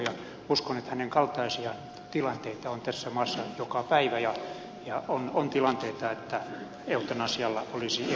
uskon että tämän kaltaisia tilanteita on tässä maassa joka päivä ja on tilanteita että eutanasialla olisi ihan inhimillinenkin käyttö